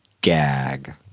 gag